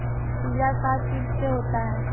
कीड़ा का चीज से होता है?